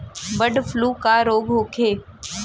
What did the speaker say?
Bird flu का रोग होखे?